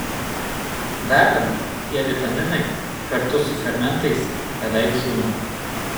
verdant tie vitaminai kartu su fermentais beveik žūna